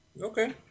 Okay